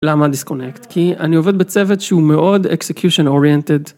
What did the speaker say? למה דיסקונקט כי אני עובד בצוות שהוא מאוד אקסקיושן אוריינטד.